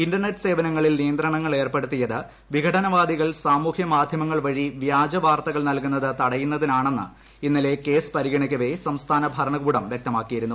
internet സേവനങ്ങളിൽ നിയന്ത്രണങ്ങൾ ഏർപ്പെടുത്തിയത് വിഘടനവാദികൾ സാമൂഹ്യമാധ്യമങ്ങൾ വഴി വ്യാജവാർത്തകൾ നൽകുന്നത് തടയുന്നതിനാണെന്ന് ഇന്നലെ കേസ് പരിഗണിക്കവേ സംസ്ഥാന ഭരണകൂടം വ്യക്തമാക്കിയിരുന്നു